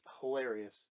hilarious